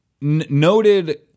Noted